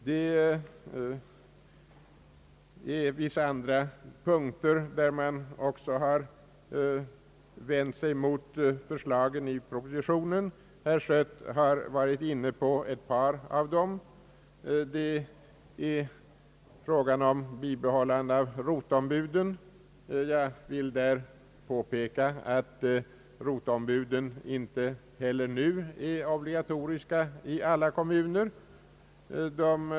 Det finns vissa andra punkter, där man också har vänt sig mot förslagen i propositionen. Herr Schött har varit inne på ett par av dem. En av dessa punkter är frågan om bibehållande av roteombuden. Jag vill påpeka att roteombuden inte heller nu är obligatoriska i alla kommuner.